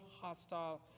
hostile